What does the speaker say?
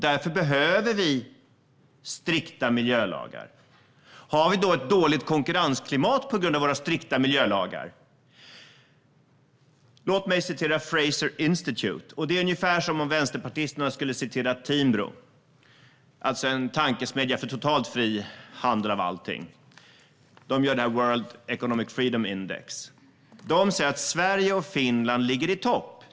Därför behöver vi strikta miljölagar. Har vi då ett dåligt konkurrensklimat på grund av våra strikta miljölagar? Jag ska referera vad Fraser Institute har sagt. Det är ungefär som om vänsterpartisterna skulle citera Timbro, alltså en tankesmedja för totalt fri handel med allt. Fraser Institute gör det som kallas Economic Freedom of the World index. De säger att Sverige och Finland ligger i topp.